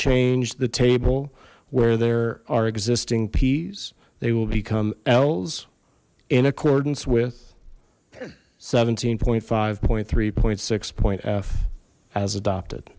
change the table where there are existing peas they will become ells in accordance with seventeen point five point three point six point f has adopted